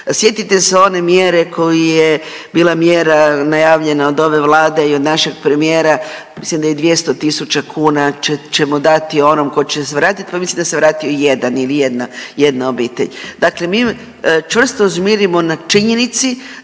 Sjetite se one mjere koja je bila mjera najavljena od ove Vlade i od našeg premijera, mislim da je 200 tisuća kuna će, ćemo dati onom ko će se vratit, pa mislim da se vratio jedan ili jedna, jedna obitelj, dakle mi čvrsto žmirimo na činjenici